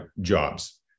jobs